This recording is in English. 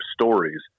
stories